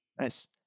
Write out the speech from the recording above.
Nice